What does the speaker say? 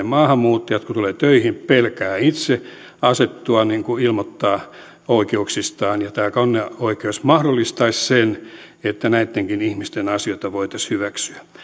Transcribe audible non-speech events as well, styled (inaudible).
(unintelligible) maahanmuuttajat tulevat tänne töihin he pelkäävät itse asettua ilmoittaa oikeuksistaan tämä kanneoikeus mahdollistaisi sen että näittenkin ihmisten asioita voitaisiin hyväksyä